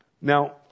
Now